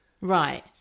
Right